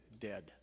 dead